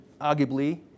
arguably